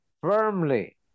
firmly